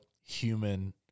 human